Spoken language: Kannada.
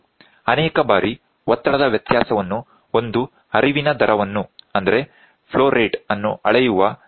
ಅನೇಕ ಬಾರಿ ಒತ್ತಡದ ವ್ಯತ್ಯಾಸವನ್ನು ಒಂದು ಹರಿವಿನ ದರವನ್ನು ಅಳೆಯುವ ಸಾಧನವಾಗಿ ಬಳಸಲಾಗುತ್ತದೆ